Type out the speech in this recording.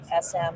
SM